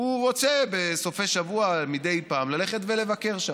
הוא רוצה בסופי שבוע מדי פעם ללכת ולבקר שם.